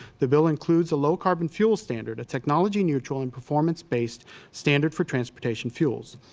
the bill includes a low carbon fuel standard, a technology neutral and performance based standard for transportation fuels.